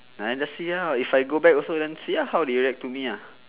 then just see ah if I go back also then see how they react to me ah